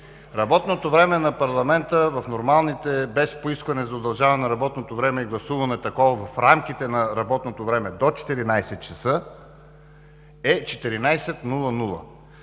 Работното време на парламента в нормалните, без поискване за удължаване на работното време и гласуване на такова в рамките на работното време до 14,00 ч., е 14,00.